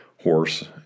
horse